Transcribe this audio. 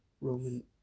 Roman